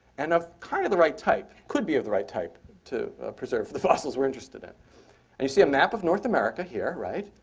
and of kind of the right type, could be of the right type to preserve the fossils we're interested in. and you see a map of north america here. right,